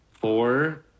four